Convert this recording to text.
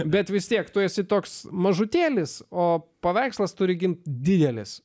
bet vis tiek tu esi toks mažutėlis o paveikslas turi gimti didelis